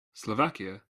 slovakia